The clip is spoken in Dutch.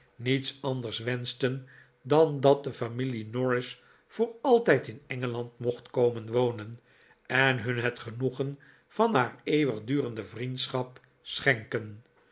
niets anders wenschten dan dat de familie norris voor altijd in engeland mocht komen wonen en hun het genoegen van haar eeuwigdurende vriendschap schenken